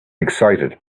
excited